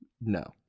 No